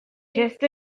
just